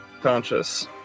conscious